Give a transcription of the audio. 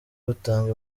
butanga